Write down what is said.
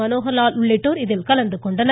மனோகர் லால் உள்ளிட்டோர் இதில் கலந்து கொண்டனர்